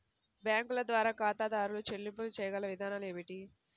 బ్యాంకుల ద్వారా ఖాతాదారు చెల్లింపులు చేయగల విధానాలు ఏమిటి?